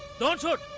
don't want